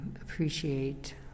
Appreciate